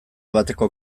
bateko